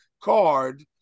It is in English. card